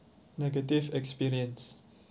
negative experience